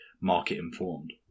market-informed